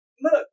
Look